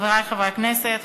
חברי חברי הכנסת,